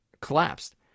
collapsed